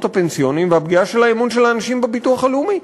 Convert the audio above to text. הפנסיוניים והפגיעה של האמון של האנשים בביטוח הלאומי.